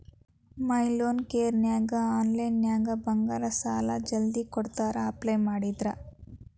ಮೈ loan ಕೇರನ್ಯಾಗ ಆನ್ಲೈನ್ನ್ಯಾಗ ಬಂಗಾರ ಸಾಲಾ ಜಲ್ದಿ ಕೊಡ್ತಾರಾ ಅಪ್ಲೈ ಮಾಡಿದ್ರ